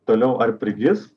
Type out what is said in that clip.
toliau ar prigis